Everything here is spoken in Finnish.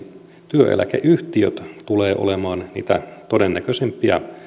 työeläkeyhtiöt tulevat olemaan niitä todennäköisimpiä